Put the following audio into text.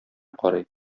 карый